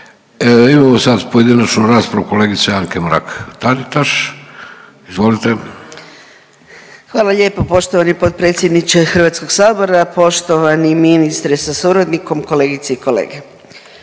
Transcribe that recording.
Imamo sad pojedinačnu raspravu kolegice Anke Mrak-Taritaš, izvolite. **Mrak-Taritaš, Anka (GLAS)** Hvala lijepo poštovani potpredsjedniče HS-a, poštovani ministre sa suradnikom, kolegice i kolege.